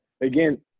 again